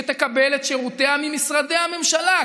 שתקבל את שירותיה ממשרדי הממשלה.